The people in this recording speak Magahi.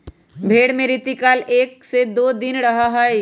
भेंड़ में रतिकाल एक से दो दिन रहा हई